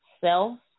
self